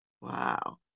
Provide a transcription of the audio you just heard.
Wow